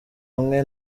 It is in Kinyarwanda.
hamwe